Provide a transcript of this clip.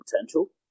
potential